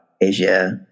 Asia